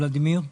ולדימיר.